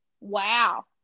wow